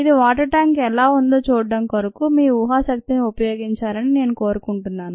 ఇది water tanker ఎలా ఉందో చూడటం కొరకు మీ ఊహాశక్తిని ఉపయోగించాలని నేను కోరుకుంటున్నాను